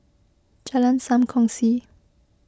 Jalan Sam Kongsi